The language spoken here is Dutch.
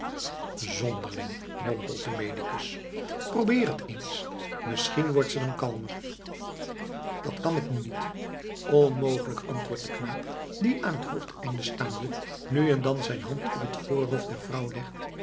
zonderling mompelt de medicus probeer het eens misschien wordt ze dan kalmer dat kan ik nu niet onmogelijk antwoordt de knaap die aan het hoofdeneinde staande nu en dan zijn hand op het voorhoofd der vrouw legt